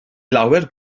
lawer